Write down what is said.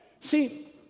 See